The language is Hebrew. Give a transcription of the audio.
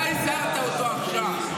אתה הזהרת אותו עכשיו.